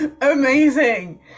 amazing